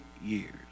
years